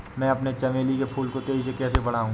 मैं अपने चमेली के फूल को तेजी से कैसे बढाऊं?